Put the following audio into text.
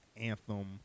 Anthem